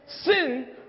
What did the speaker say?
Sin